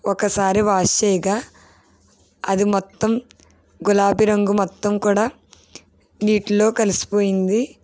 ఒకసారి వాష్ చేయగా అది మొత్తం గులాబీ రంగు మొత్తం కూడా నీటిలో కలిసిపోయింది